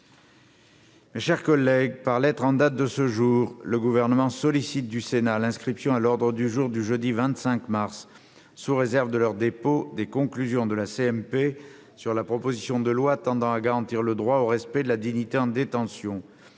Mes chers collègues, par lettre en date de ce jour, le Gouvernement sollicite du Sénat l'inscription à l'ordre du jour du jeudi 25 mars 2021, sous réserve de leur dépôt, des conclusions de la commission mixte paritaire sur la proposition de loi tendant à garantir le droit au respect de la dignité en détention.